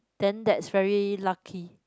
then that's very lucky